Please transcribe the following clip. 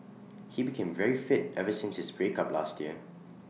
he became very fit ever since his breakup last year